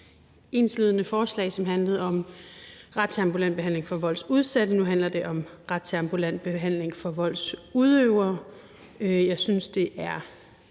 enslydende forslag, som handlede om ret til ambulant behandling for voldsudsatte. Nu handler det om ret til ambulant behandling for voldsudøvere. Jeg synes, det er